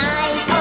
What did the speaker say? eyes